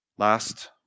Last